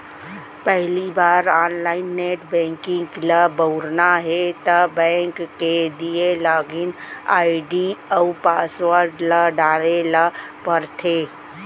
पहिली बार online net banking ल बउरना हे त बेंक के दिये लॉगिन आईडी अउ पासवर्ड ल डारे ल परथे